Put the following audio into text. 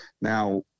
Now